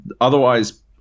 otherwise